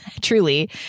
truly